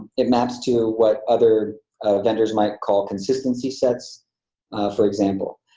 it maps to what other vendors might call consistency sets for example.